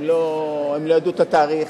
הם לא ידעו את התאריך,